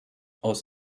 aus